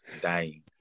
dying